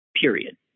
period